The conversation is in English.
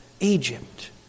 Egypt